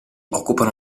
occupano